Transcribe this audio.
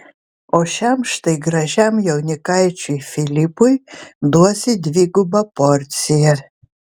o šiam štai gražiam jaunikaičiui filipui duosi dvigubą porciją